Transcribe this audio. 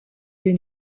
lès